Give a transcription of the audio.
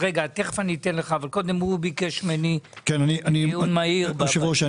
אדוני היושב ראש,